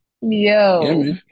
yo